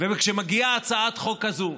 וכשמגיעה הצעת חוק הזאת,